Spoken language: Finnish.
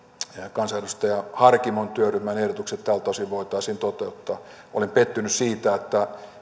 kansanedustaja harkimon työryhmän ehdotukset tältä osin voitaisiin toteuttaa olen pettynyt siihen että